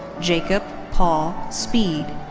jacob paul speed.